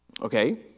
Okay